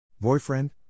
Boyfriend